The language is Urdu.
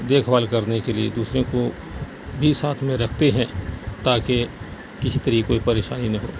دیکھ بھال کرنے کے لیے دوسرے کو بھی ساتھ میں رکھتے ہیں تاکہ کسی طرح کوئی پریشانی نہ ہو